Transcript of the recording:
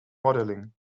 modeling